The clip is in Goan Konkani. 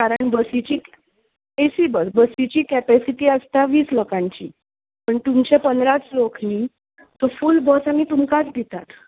कारण बसिची ए सी बस बशीची केपेसिटी आसता वीस लोकांची आनी तुमचे पंदराच लोक न्हय सो फुल बस आमी तुमकांच दितात